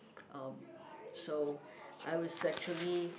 um so I was actually